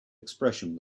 expression